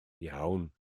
iawn